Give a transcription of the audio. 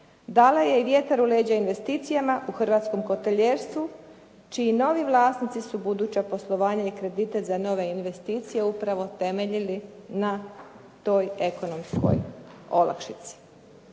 dala je vjetar u leđa investicijama u hrvatskom hotelijerstvu čiji novi vlasnici su buduća poslovanja i kredite za nove investicije upravo temeljili na toj ekonomskoj olakšici.